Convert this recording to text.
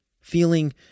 Feeling